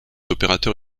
opérateur